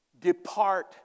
Depart